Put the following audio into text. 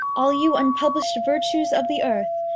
all you unpublish'd virtues of the earth,